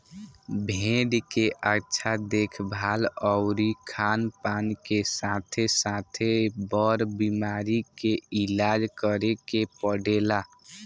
भेड़ के अच्छा देखभाल अउरी खानपान के साथे साथे, बर बीमारी के इलाज करे के पड़ेला